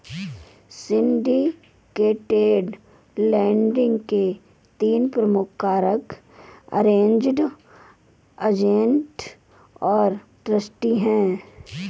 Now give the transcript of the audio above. syndicated lending के तीन प्रमुख कारक अरेंज्ड, एजेंट और ट्रस्टी हैं